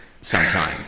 sometime